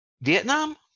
Vietnam